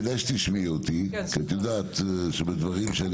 כדאי שתשמעי אותי כי את יודעת שבדברים שאני